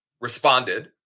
responded